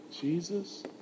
Jesus